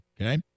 Okay